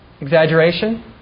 exaggeration